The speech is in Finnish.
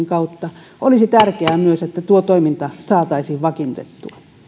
kautta olisi tärkeää myös että tuo toiminta saataisiin vakiinnutettua